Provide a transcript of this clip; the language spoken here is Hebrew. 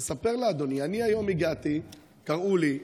אספר לאדוני: אני היום הגעתי, קראו לי,